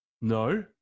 No